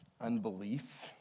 unbelief